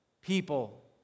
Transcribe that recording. people